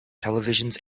televisions